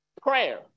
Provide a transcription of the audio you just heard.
Prayer